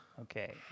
Okay